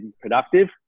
productive